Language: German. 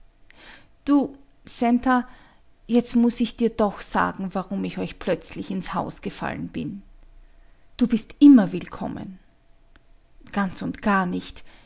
du centa jetzt muß ich dir noch sagen warum ich euch plötzlich ins haus gefallen bin du bist immer willkommen ganz und gar nicht